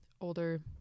older